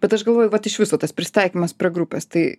bet aš galvoju vat iš viso tas prisitaikymas prie grupės tai